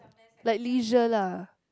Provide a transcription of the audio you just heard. like leisure lah